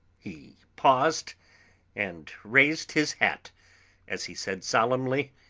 he paused and raised his hat as he said solemnly